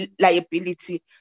liability